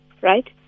Right